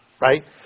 Right